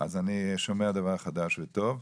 אז אני שומע דבר חדש וטוב.